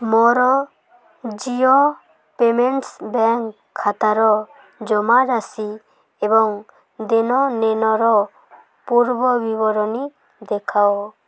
ମୋର Jio payments bank ଖାତାର ଜମାରାଶି ଏବଂ ଦେଣନେଣର ପୂର୍ବବିବରଣୀ ଦେଖାଅ